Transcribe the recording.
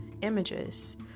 images